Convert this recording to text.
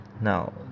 now